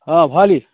অঁ ভঁৰালী